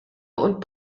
und